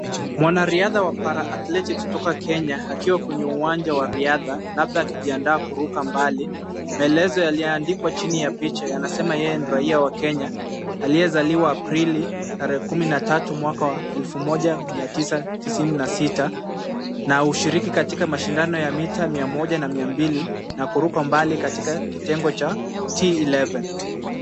Mwanariadha wa paraathletics kutoka Kenya akiwa kwenye uwanja wa riadha labda akijiandaa kuruka mbali. Maelezo yakiyoandikwa chini ya picha yanasema yeye ni raia wa Kenya, aliyezaliwa Aprili kumi na tatu mwaka wa elfu moja mia tisa tisini na sita na hushiriki katika mashindano ya mita mia moja na mia mbili na kuruka mbali katika kitengo cha T11.